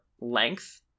length